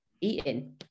eating